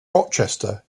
rochester